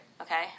okay